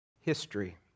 history